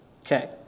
Okay